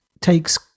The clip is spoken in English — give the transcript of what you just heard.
takes